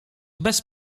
bez